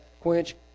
quench